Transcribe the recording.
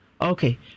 okay